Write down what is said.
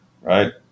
right